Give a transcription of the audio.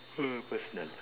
personal